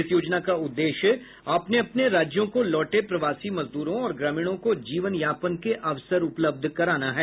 इस योजना का उद्देश्य अपने अपने राज्यों को लौटे प्रवासी मजदूरों और ग्रामीणों को जीवन यापन के अवसर उपलब्ध कराना है